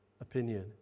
opinion